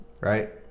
Right